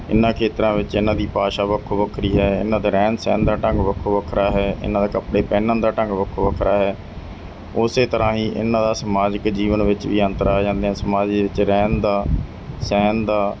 ਇਹਨਾਂ ਖੇਤਰਾਂ ਵਿੱਚ ਇਹਨਾਂ ਦੀ ਭਾਸ਼ਾ ਵੱਖੋ ਵੱਖਰੀ ਹੈ ਇਹਨਾਂ ਦਾ ਰਹਿਣ ਸਹਿਣ ਦਾ ਢੰਗ ਵੱਖੋ ਵੱਖਰਾ ਹੈ ਇਹਨਾਂ ਦਾ ਕੱਪੜੇ ਪਹਿਨਣ ਦਾ ਢੰਗ ਵੱਖੋ ਵੱਖਰਾ ਹੈ ਉਸੇ ਤਰ੍ਹਾਂ ਹੀ ਇਹਨਾਂ ਦਾ ਸਮਾਜਿਕ ਜੀਵਨ ਵਿੱਚ ਵੀ ਅੰਤਰ ਆ ਜਾਂਦੇ ਆ ਸਮਾਜ ਵਿੱਚ ਰਹਿਣ ਦਾ ਸਹਿਣ ਦਾ